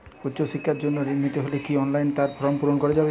উচ্চশিক্ষার জন্য ঋণ নিতে হলে কি অনলাইনে তার ফর্ম পূরণ করা যাবে?